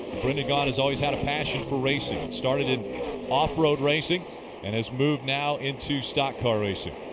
brendan gaughan has always had a passion for racing. started in off road racing and has moved now into stock car racing.